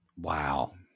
Wow